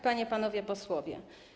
Panie i Panowie Posłowie!